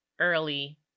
early